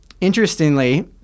interestingly